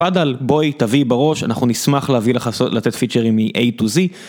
עד על בואי תביא בראש אנחנו נשמח להביא לך לתת פיצ׳רים מ-A to z.